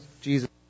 Jesus